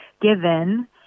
given